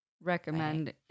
Recommend